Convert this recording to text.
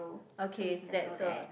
okay that's a